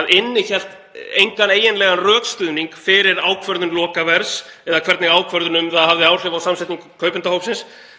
að innihélt engan eiginlegan rökstuðning fyrir ákvörðun lokaverðs eða hvernig ákvörðun um það hafði áhrif á samsetningu kaupendahópsins?